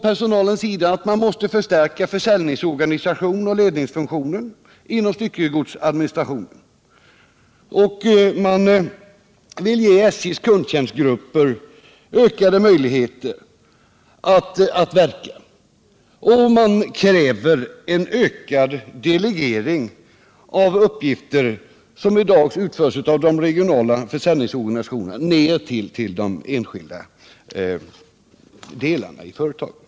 Personalen menar att försäljningsorganisationen och ledningsfunktionen inom styckegodsadministrationen måste förstärkas och vill därför ge SJ:s kundtjänstgrupper ökade möjligheter att verka. Vidare kräver personalen ökad delegering av uppgifter som i dag utförs av de regionala försäljningsorganisationerna ner till de enskilda delarna i företaget.